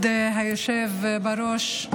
כבוד היושב בראש,